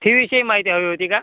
फीविषयी माहिती हवी होती का